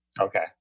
Okay